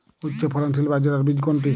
উচ্চফলনশীল বাজরার বীজ কোনটি?